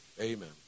amen